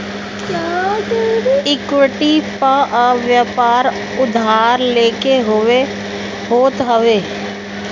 equity पअ व्यापार उधार लेके होत हवे